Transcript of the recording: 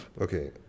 Okay